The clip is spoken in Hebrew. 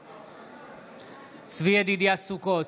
בעד צבי ידידיה סוכות,